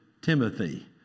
Timothy